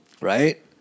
Right